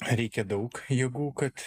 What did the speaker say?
reikia daug jėgų kad